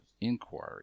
inquiry